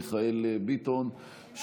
מיכאל ביטון,